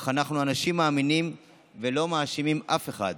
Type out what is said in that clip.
אך אנחנו אנשים מאמינים ולא מאשימים אף אחד.